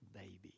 baby